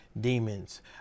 demons